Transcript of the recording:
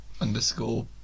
underscore